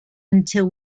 until